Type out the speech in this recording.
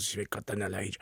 sveikata neleidžia